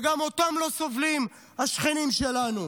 וגם אותם לא סובלים השכנים שלנו